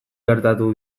gertatu